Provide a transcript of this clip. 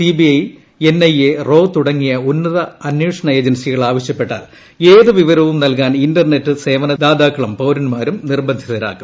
C B I N I A റോ തുടങ്ങിയ ഉന്നത അന്വേഷണ ഏജൻസികൾ ആവശ്യപ്പെട്ടാൽ ഏത് വിവരവും നൽകാൻ ഇന്റർനെറ്റ് സേവനദാതാക്കളും പൌരന്മാരും നിർബന്ധിതരാവും